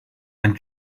and